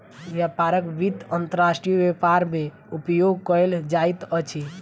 व्यापारक वित्त अंतर्राष्ट्रीय व्यापार मे उपयोग कयल जाइत अछि